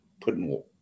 putting